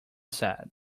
said